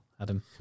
Adam